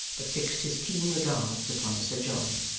but fixed his keen regards upon sir john.